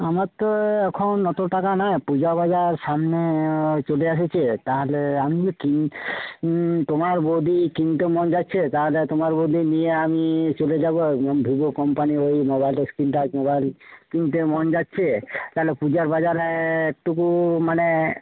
আমার তো এখন অত টাকা নাই পূজা বাজার সামনে চলে এসেছে তাহলে আমি যে কিন তোমার বৌদি কিনতে মন যাচ্ছে তোমার বৌদি নিয়ে আমি চলে যাব একদম ভিভো কোম্পানির ওই মোবাইলের স্ক্রিন টাচ মোবাইল কিনতে মন যাচ্ছে তাহলে পূজার বাজারে একটুকু মানে